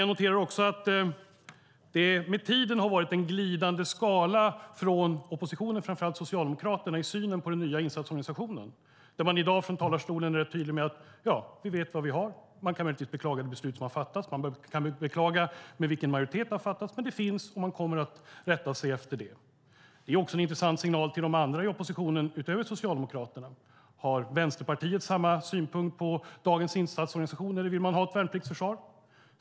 Jag noterar också att det med tiden har varit en glidande skala från oppositionen, framför allt Socialdemokraterna, i synen på den nya insatsorganisationen där man i dag från talarstolen är tydlig med att man vet vad man har, och man kan möjligtvis beklaga det beslut som har fattats och med vilken majoritet det har fattats, men det finns och man kommer att rätta sig efter det. Det är också en intressant signal till de andra i oppositionen utöver Socialdemokraterna. Har Vänsterpartiet samma syn på dagens insatsorganisation eller vill man ha ett värnpliktsförsvar?